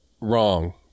Wrong